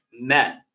men